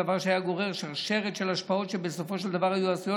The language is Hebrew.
דבר שהיה גורר שרשרת של השפעות שבסופו של דבר היו עשויות